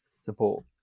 support